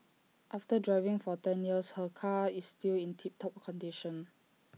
after driving for ten years her car is still in tip top condition